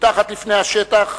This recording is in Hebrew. מתחת לפני השטח,